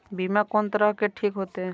बीमा कोन तरह के ठीक होते?